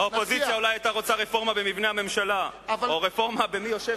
האופוזיציה אולי היתה רוצה רפורמה במבנה הממשלה או רפורמה במי יושב,